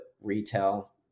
retail